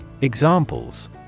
Examples